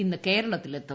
ഇന്ന് കേരളത്തിലെത്തും